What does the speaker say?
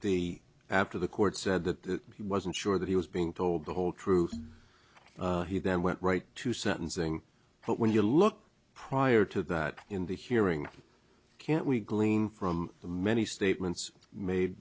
the after the court said that he wasn't sure that he was being told the whole truth he then went right to sentencing but when you look prior to that in the hearing can we glean from the many statements made